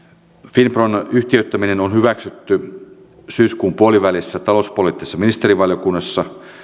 finpron yhtiöittäminen on hyväksytty syyskuun puolivälissä talouspoliittisessa ministerivaliokunnassa